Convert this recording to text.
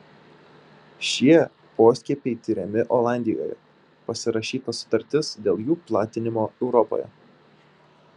šie poskiepiai tiriami olandijoje pasirašyta sutartis dėl jų platinimo europoje